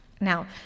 Now